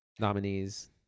nominees